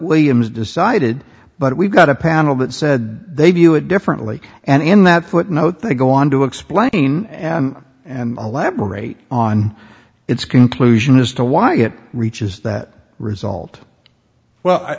williams decided but we got a panel that said they view it differently and in that footnote they go on to explain and and elaborate on its conclusion as to why it reaches that result well